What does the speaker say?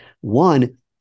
One